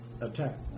Attack